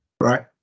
Right